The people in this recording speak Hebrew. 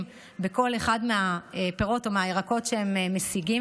בכל אחד מהפירות או מהירקות שהם משיגים,